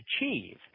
achieve